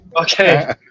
Okay